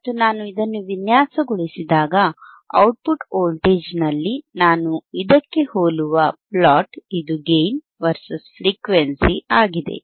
ಮತ್ತು ನಾನು ಇದನ್ನು ವಿನ್ಯಾಸಗೊಳಿಸಿದಾಗ ಔಟ್ಪುಟ್ ವೋಲ್ಟೇಜ್ನಲ್ಲಿ ನಾನು ಇದಕ್ಕೆ ಹೋಲುವ ಪ್ಲೊಟ್ ಇದು ಗೇಯ್ನ್ Vs ಫ್ರೀಕ್ವೆನ್ಸಿ ಆಗಿದೆ